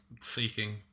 seeking